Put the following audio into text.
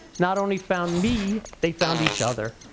not only found me, they found each other.